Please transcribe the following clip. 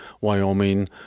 Wyoming